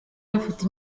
bafite